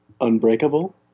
unbreakable